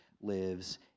lives